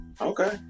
Okay